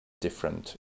different